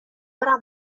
برم